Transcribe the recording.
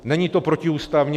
Není to protiústavní.